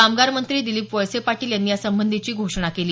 कामगार मंत्री दिलीप वळसे पाटील यांनी या संबंधीची घोषणा केली